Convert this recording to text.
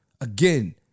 Again